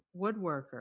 woodworker